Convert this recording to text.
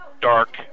dark